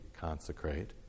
consecrate